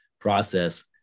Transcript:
process